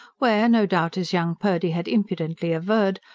where no doubt, as young purdy had impudently averred,